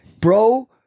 Bro